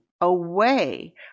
away